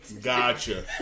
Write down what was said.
Gotcha